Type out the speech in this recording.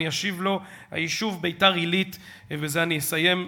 אני אשיב לו, ובזה אני אסיים.